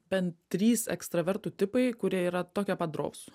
bent trys ekstravertų tipai kurie yra tokie pat drovūs